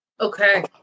Okay